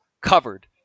covered